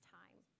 time